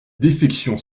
défections